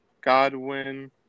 Godwin